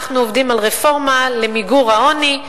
אנחנו עובדים על רפורמה למיגור העוני.